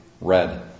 red